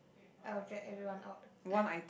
I will drag everyone out